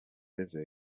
busy